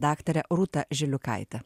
daktare rūta žiliukaite